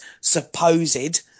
supposed